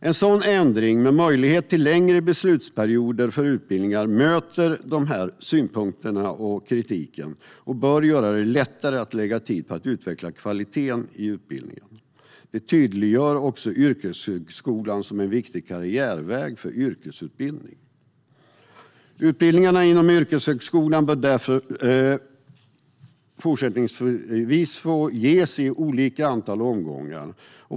En sådan ändring, med möjlighet till längre beslutsperioder för utbildningar, möter dessa synpunkter och kritiken och bör göra det lättare att lägga tid på att utveckla kvaliteten i utbildningarna. Den tydliggör också yrkeshögskolan som en tydlig karriärväg för yrkesutbildning. Utbildningarna inom yrkeshögskolan bör därför fortsättningsvis få ges i olika antal omgångar.